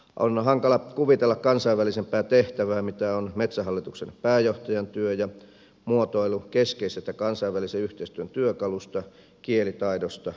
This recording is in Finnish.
on hankala kuvitella kansainvälisempää tehtävää kuin on metsähallituksen pääjohtajan työ ja muotoilu keskeisestä kansainvälisen yhteistyön työkalusta kielitaidosta on tuo